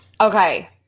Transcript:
Okay